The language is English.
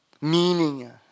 Meaning